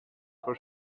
for